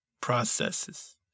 processes